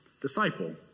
disciple